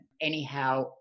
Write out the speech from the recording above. Anyhow